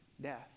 Death